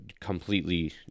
completely